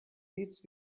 beats